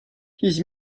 his